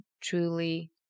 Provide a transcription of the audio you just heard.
truly